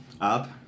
Up